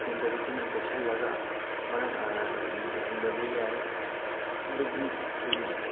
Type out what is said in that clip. ꯁꯤꯂꯤꯟꯗꯔꯗꯨ ꯑꯩꯈꯣꯏꯅ ꯀꯣꯏꯁꯜꯂꯒ ꯂꯤꯛ ꯑꯣꯏꯍꯟꯗꯕ ꯌꯥꯏ ꯑꯗꯒꯤ